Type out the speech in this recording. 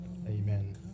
Amen